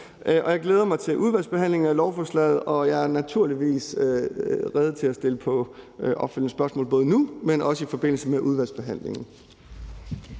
jeg glæder mig til udvalgsbehandlingen af lovforslaget, og jeg er naturligvis rede til at svare på opfølgende spørgsmål både nu, men også i forbindelse med udvalgsbehandlingen.